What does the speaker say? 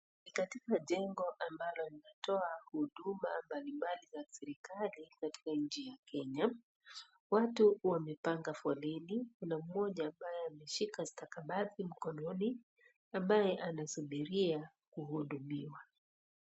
Katika jengo ambalo linatoa huduma mbali mbali za serikali katika nchi ya Kenya watu wamepanga foleni kuna moja ambaye ameshika stakabadhi mkononi ambaye anasubiria kuhudumiwa.